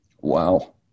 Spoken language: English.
Wow